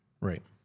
right